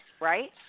right